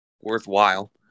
worthwhile